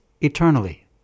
eternally